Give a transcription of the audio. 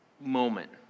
moment